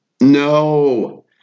No